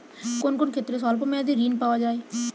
কোন কোন ক্ষেত্রে স্বল্প মেয়াদি ঋণ পাওয়া যায়?